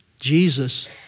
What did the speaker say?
Jesus